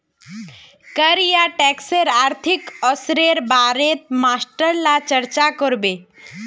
कर या टैक्सेर आर्थिक असरेर बारेत मास्टर ला आज चर्चा करबे